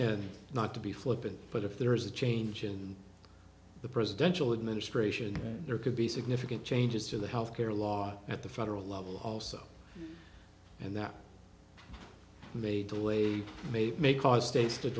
and not to be flippant but if there is a change in the presidential administration there could be significant changes to the health care law at the federal level also and that made to late may may cause state